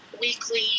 weekly